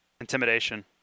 Intimidation